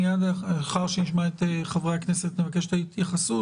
מייד לאחר שנשמע את חברי הכנסת נבקש את ההתייחסות.